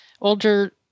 Older